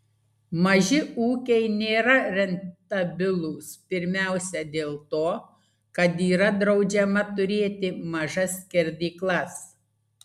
maži ūkiai nėra rentabilūs pirmiausia dėl to kad yra draudžiama turėti mažas skerdyklas